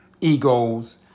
Egos